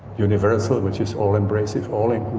universal, which is all embracing, all and